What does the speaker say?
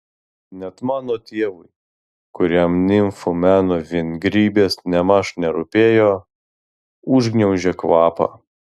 net mano tėvui kuriam nimfų meno vingrybės nėmaž nerūpėjo užgniaužė kvapą